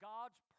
God's